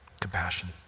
compassion